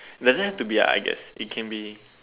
doesn't have to be a ideas it can be